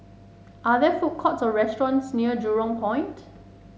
are there food courts or restaurants near Jurong Point